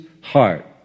heart